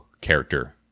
character